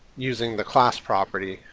using the class property.